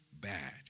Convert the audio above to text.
bad